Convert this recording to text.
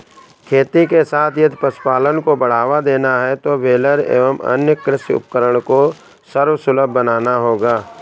खेती के साथ यदि पशुपालन को बढ़ावा देना है तो बेलर एवं अन्य कृषि उपकरण को सर्वसुलभ बनाना होगा